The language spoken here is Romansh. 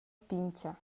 pintga